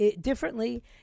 differently